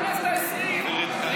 בכנסת העשרים אילת שקד,